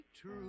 true